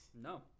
no